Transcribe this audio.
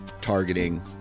targeting